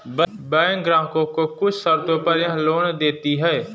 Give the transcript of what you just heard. बैकें ग्राहकों को कुछ शर्तों पर यह लोन देतीं हैं